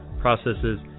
processes